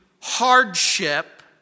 hardship